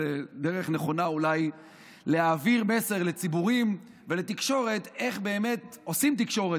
זו דרך נכונה אולי להעביר מסר לציבורים ולתקשורת איך באמת עושים תקשורת,